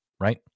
right